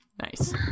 Nice